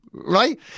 right